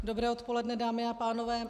Dobré odpoledne, dámy a pánové.